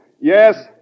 Yes